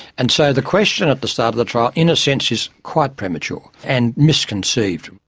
and so the question at the start of the trial in a sense is quite premature and misconceived.